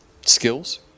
skills